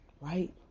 right